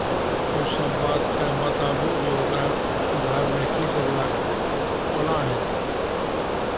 ओसभ बातकेँ बताबू जे ओकरा सुधारमे कीसभ लागतै कोना हेतै